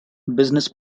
business